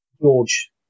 George